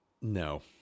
No